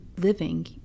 living